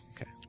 Okay